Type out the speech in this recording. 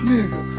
Nigga